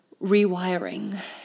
rewiring